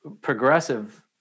progressive